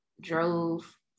drove